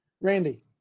Randy